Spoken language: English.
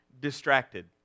distracted